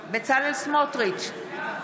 סמוטריץ'